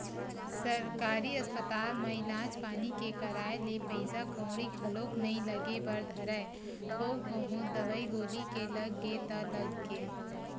सरकारी अस्पताल म इलाज पानी के कराए ले पइसा कउड़ी घलोक नइ लगे बर धरय थोक बहुत दवई गोली के लग गे ता लग गे